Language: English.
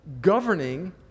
governing